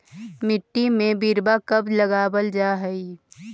मिट्टी में बिरवा कब लगावल जा हई?